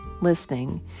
listening